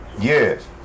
Yes